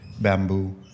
bamboo